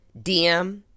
DM